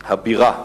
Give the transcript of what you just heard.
הבירה.